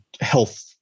health